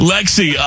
Lexi